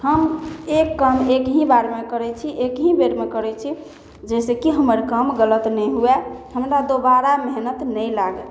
हम एक काम एक ही बारमे करै छी एकही बेरमे करै छी जइसेकि हमर काम गलत नहि हुए हमरा दोबारा मेहनति नहि लागै